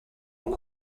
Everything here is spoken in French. ont